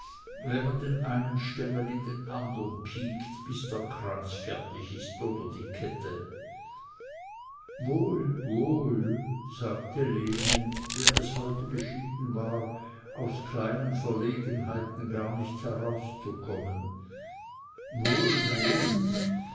wenn man den einen stengel in den andern piekt bis der kranz fertig is oder die kette wohl wohl sagte lene der es heute beschieden war aus kleinen verlegenheiten gar nicht herauszukommen wohl wohl